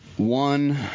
One